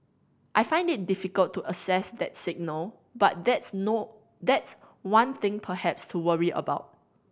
I find it difficult to assess that signal but that's no that's one thing perhaps to worry about